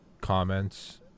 comments